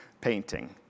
painting